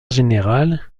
générale